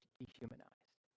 dehumanized